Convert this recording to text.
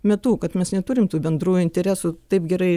metu kad mes neturim tų bendrųjų interesų taip gerai